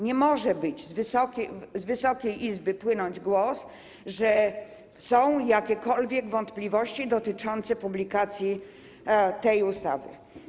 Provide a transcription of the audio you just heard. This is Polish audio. Nie może z Wysokiej Izby płynąć głos, że są jakiekolwiek wątpliwości dotyczące publikacji tej ustawy.